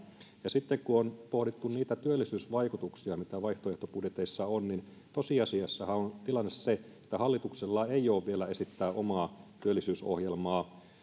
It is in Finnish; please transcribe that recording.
sitten kun pohdittu niitä työllisyysvaikutuksia mitä vaihtoehtobudjeteissa on niin tosiasiassahan on tilanne se että hallituksella ei ole vielä esittää omaa työllisyysohjelmaa